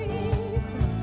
Jesus